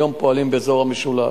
היום פועלים באזור המשולש,